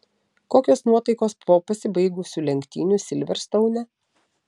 kokios nuotaikos po pasibaigusių lenktynių silverstoune